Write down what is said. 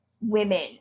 women